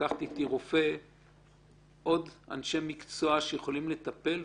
לקחתי איתי רופא ועוד אנשי מקצוע שיכולים לטפל,